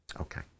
Okay